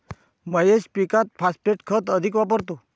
महेश पीकात फॉस्फेट खत अधिक वापरतो